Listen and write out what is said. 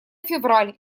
февраль